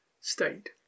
state